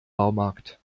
baumarkt